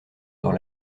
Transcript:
dans